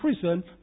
prison